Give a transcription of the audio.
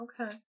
Okay